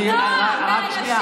אני רק שנייה,